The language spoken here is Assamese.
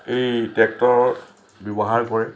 এই ট্ৰেক্টৰ ব্যৱহাৰ কৰে